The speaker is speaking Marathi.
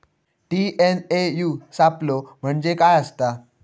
टी.एन.ए.यू सापलो म्हणजे काय असतां?